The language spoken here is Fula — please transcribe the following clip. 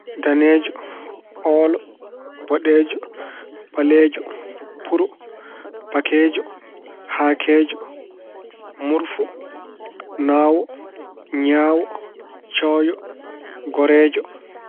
Daneejo, hoolo, boɗeejo, ɓaleejo, puro, bakeejo, hakeejo, murfo, naawo, ñaawo, cooyo, goreejo.